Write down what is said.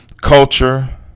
culture